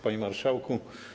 Panie Marszałku!